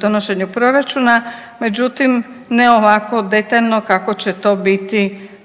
donošenju proračuna, međutim ne ovako detaljno kako će to biti